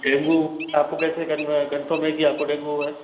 dengue आपको कैसे conf confirm है कि आपको डेंगू हुआ है